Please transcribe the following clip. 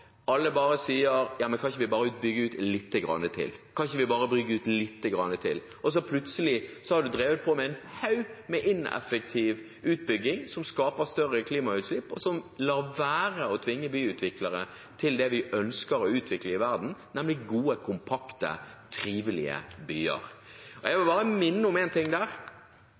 alle bare sier: Ja, men kan vi ikke bare bygge ut lite grann til, kan vi ikke bare bygge ut lite grann til – og så plutselig har man drevet på med en haug med ineffektive utbygginger som skaper større klimautslipp, og som lar være å tvinge byutviklere til å utvikle det vi ønsker i verden, nemlig gode, kompakte, trivelige byer. Jeg vil bare minne om en ting.